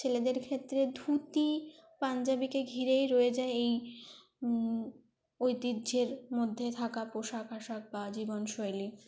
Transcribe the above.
ছেলেদের ক্ষেত্রে ধুতি পাঞ্জাবিকে ঘিরেই রয়ে যায় এই ঐতিহ্যের মধ্যে থাকা পোশাক আশাক বা জীবন শৈলী